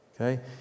Okay